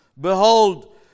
Behold